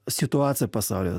situaciją pasaulio